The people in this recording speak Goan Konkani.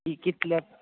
कितले